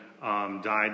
died